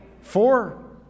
Four